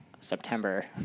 september